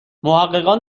محققان